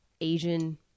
Asian